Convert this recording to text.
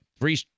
three